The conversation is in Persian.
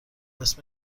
قسط